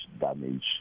damage